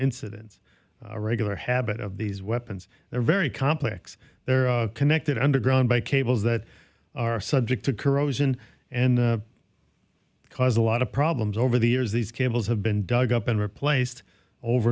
incidence a regular habit of these weapons they're very complex they're connected underground by cables that are subject to corrosion and cause a lot of problems over the years these cables have been dug up and replaced over